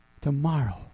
tomorrow